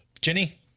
Jenny